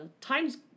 Time's